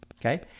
okay